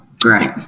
great